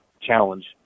challenge